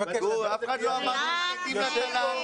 אף אחד לא אמר שאנחנו מתנגדים לתל"ן.